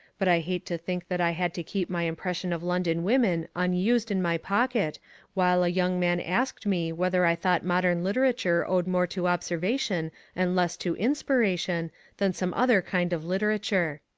but i hate to think that i had to keep my impression of london women unused in my pocket while a young man asked me whether i thought modern literature owed more to observation and less to inspiration than some other kind of literature.